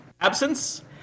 absence